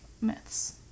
myths